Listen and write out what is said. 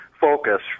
focus